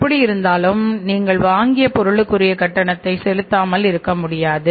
எப்படி இருந்தாலும் நீங்கள் வாங்கிய பொருளுக்கு உரிய கட்டணத்தை செலுத்தாமல் இருக்க முடியாது